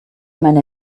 meine